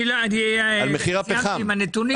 אני סיימתי עם הנתונים.